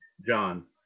John